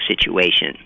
situation